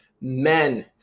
Men